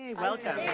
ah welcome.